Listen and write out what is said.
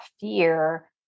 fear